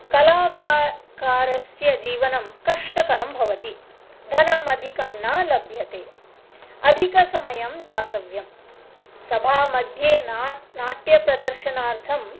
कलाकारस्य जीवनं कष्टकरं भवति धनम् अधिकं न लभ्यते अधिकसमयं दातव्यं सभामध्ये ना नाट्यप्रदर्शनार्थम्